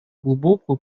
глубокую